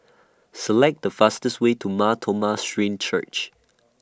Select The fastest Way to Mar Thoma Syrian Church